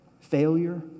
Failure